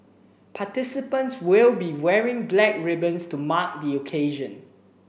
participants will be wearing black ribbons to mark the occasion